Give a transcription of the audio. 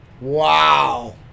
Wow